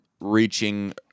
reaching